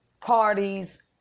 parties